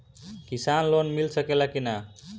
किसान लोन मिल सकेला कि न?